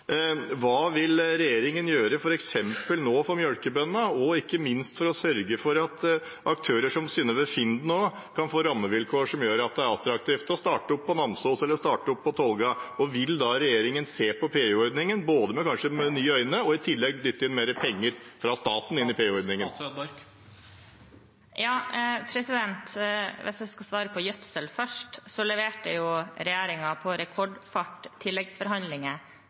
Hva vil regjeringen gjøre nå for f.eks. melkebøndene og ikke minst for å sørge for at aktører som Synnøve Finden også kan få rammevilkår som gjør at det er attraktivt å starte opp i Namsos eller på Tolga? Vil regjeringen se på PU-ordningen, kanskje med nye øyne, og i tillegg dytte mer penger fra staten inn i PU-ordningen? Hvis jeg skal svare på gjødsel først, så leverte regjeringen i rekordfart tilleggsforhandlinger